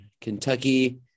Kentucky